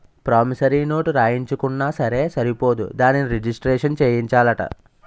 promissory note రాయించుకున్నా సరే సరిపోదు దానిని రిజిస్ట్రేషను సేయించాలట